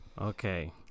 Okay